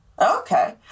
Okay